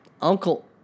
Uncle